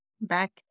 Back